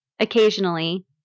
occasionally